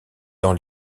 dans